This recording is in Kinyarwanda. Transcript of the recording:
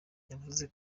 yavuze